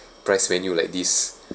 price menu like this